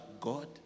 God